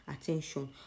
attention